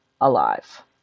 alive